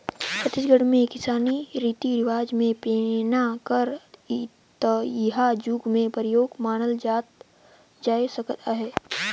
छत्तीसगढ़ मे किसानी रीति रिवाज मे पैना कर तइहा जुग ले परियोग मानल जाए सकत अहे